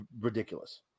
ridiculous